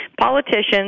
Politicians